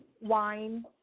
wine